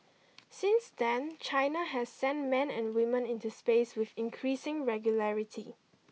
since then China has sent men and women into space with increasing regularity